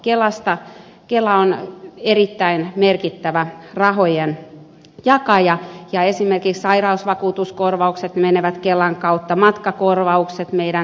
kela on erittäin merkittävä rahojen jakaja ja esimerkiksi sairausvakuutuskorvaukset menevät kelan kautta matkakorvaukset meidän sairauspäivärahamme